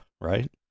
right